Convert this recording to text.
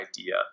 idea